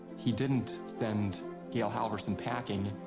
he didn't send gail halvorsen packing.